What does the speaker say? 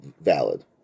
valid